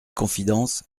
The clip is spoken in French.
confidences